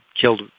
killed